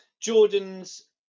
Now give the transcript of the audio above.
Jordan's